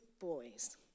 boys